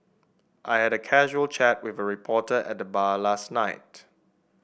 I had a casual chat with a reporter at the bar last night